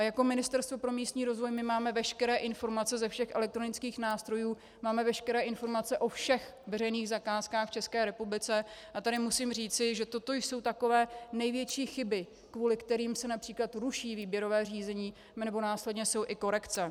Jako Ministerstvo pro místní rozvoj máme veškeré informace ze všech elektronických nástrojů, máme veškeré informace o všech veřejných zakázkách v České republice, a tady musím říci, že toto jsou takové největší chyby, kvůli kterým se například ruší výběrové řízení nebo následně jsou i korekce.